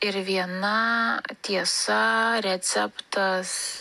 ir viena tiesa receptas